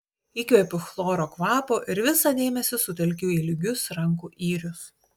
įkvepiu chloro kvapo ir visą dėmesį sutelkiu į lygius rankų yrius